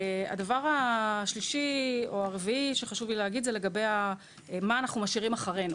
הדבר הנוסף זה לגבי מה אנחנו משאירים אחרינו?